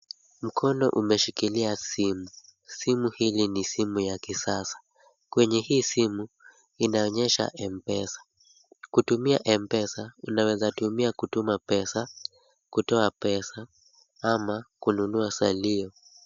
Mkono umeshikilia simu. Simu hili ni simu ya kisasa. Kwenye hii simu, inaonyesha M-Pesa. Kutumia M-Pesa, unaweza tumia kutuma pesa, kutoa pesa ama kununua salio.